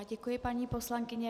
Děkuji, paní poslankyně.